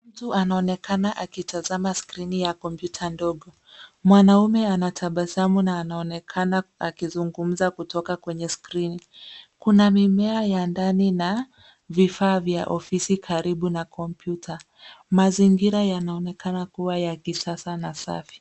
Mtu anaonekana akitazama skrini ya kompyuta ndogo. Mwanaume anatabasamu na anaonekana akizungumza kutoka kwenye skrini. Kuna mimea ya ndani na vifaa vya ofisi karibu na kompyuta. Mazingira yanaonekana kuwa ya kisasa na safi.